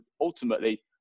ultimately